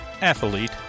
athlete